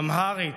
אמהרית,